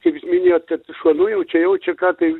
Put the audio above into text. kaip jūs minėjot kad šuo nujaučia jaučia ką tai